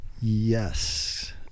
Yes